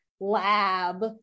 Lab